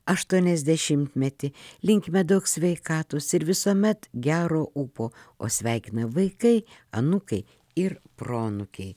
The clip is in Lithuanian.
aštuoniasdešimtmetį linkime daug sveikatos ir visuomet gero ūpo o sveikina vaikai anūkai ir proanūkiai